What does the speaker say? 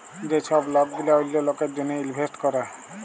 যে ছব লক গিলা অল্য লকের জ্যনহে ইলভেস্ট ক্যরে